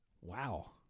Wow